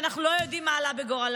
ואנחנו לא יודעים מה עלה בגורלם.